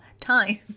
time